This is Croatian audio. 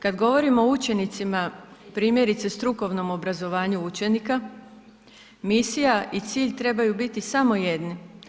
Kad govorimo o učenicima primjerice o strukovnom obrazovanju učenika, misija i cilj trebaju biti samo jedni.